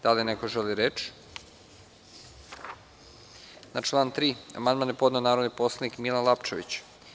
Da li neko želi reč? (Ne) Na član 3. amandman je podneo narodni poslanik Milan Lapčević.